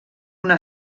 una